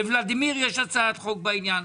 ל-ולדימיר יש הצעת חוק בעניין.